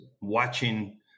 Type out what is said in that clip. watching